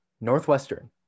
Northwestern